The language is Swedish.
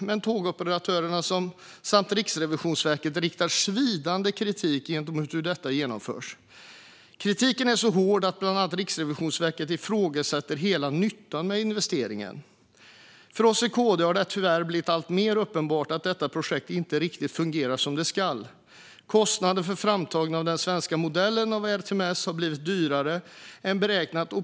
Men tågoperatörerna och Riksrevisionen riktar svidande kritik mot hur detta genomförs. Kritiken är så hård att bland annat Riksrevisionen ifrågasätter hela nyttan med investeringen. För oss i KD har det tyvärr blivit alltmer uppenbart att detta projekt inte riktigt fungerar som det ska. Kostnaderna för framtagande av den svenska modellen av ERTMS har blivit dyrare än beräknat.